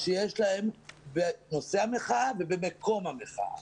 שיש להם בנושא המחאה ובמקום המחאה.